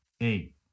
eight